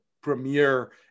premier